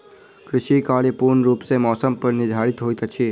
कृषि कार्य पूर्ण रूप सँ मौसम पर निर्धारित होइत अछि